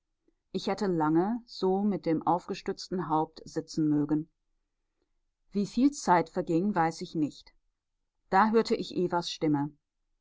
ich hätte lange so mit dem aufgestützten haupt sitzen mögen wieviel zeit verging weiß ich nicht da hörte ich evas stimme